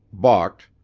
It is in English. balked,